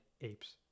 apes